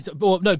No